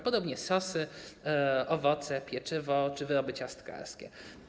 Podobnie sosy, owoce, pieczywo czy wyroby ciastkarskie.